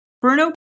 Bruno